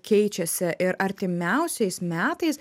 keičiasi ir artimiausiais metais